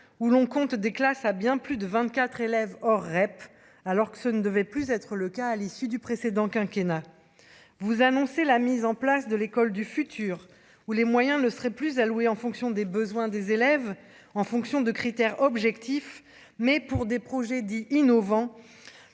où l'on compte des classes bien plus de 24 élèves or REP, alors que ce ne devait plus être le cas, à l'issue du précédent quinquennat vous annoncer la mise en place de l'école du futur ou les moyens ne serait plus allouées en fonction des besoins des élèves en fonction de critères objectifs, mais pour des projets dits innovants